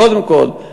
קודם כול.